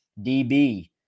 DB